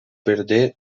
perder